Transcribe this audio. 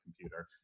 computer